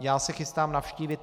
Já se chystám navštívit